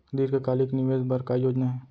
दीर्घकालिक निवेश बर का योजना हे?